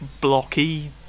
blocky